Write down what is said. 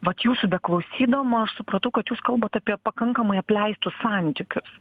vat jūsų beklausydama aš supratau kad jūs kalbat apie pakankamai apleistus santykius